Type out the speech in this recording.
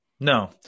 No